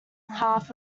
half